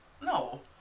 no